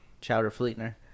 Chowder-Fleetner